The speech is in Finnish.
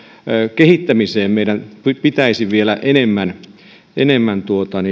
kehittämiseen meidän pitäisi vielä enemmän enemmän